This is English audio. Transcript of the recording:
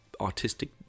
artistic